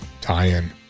tie-in